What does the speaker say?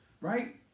right